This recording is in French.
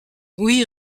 oui